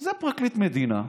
זה פרקליט מדינה,